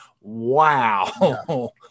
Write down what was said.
wow